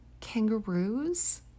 kangaroos